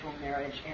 marriage